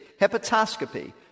Hepatoscopy